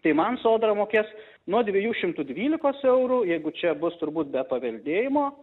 tai man sodra mokės nuo dviejų šimtų dvylikos eurų jeigu čia bus turbūt be paveldėjimo